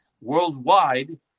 worldwide